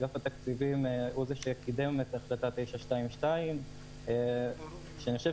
אגף התקציבים הוא זה שקידם את החלטה 922. אני חושב